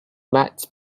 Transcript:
matt